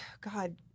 God